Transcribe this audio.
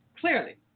clearly